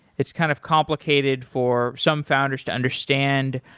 it's kind of complicated for some founders to understand.